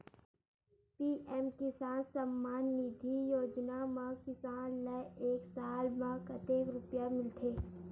PM Kisan Samman Nidhi योजना म किसान ल एक साल म कतेक रुपिया मिलथे?